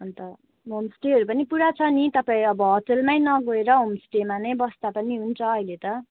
अन्त होमस्टेहरू पनि पुरा छ नि तपाईँ होटलमै नगएर होमस्टेमा नै बस्दा हुन्छ अहिले त